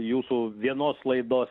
jūsų vienos laidos